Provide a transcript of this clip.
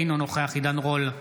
אינו נוכח עידן רול,